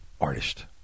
artist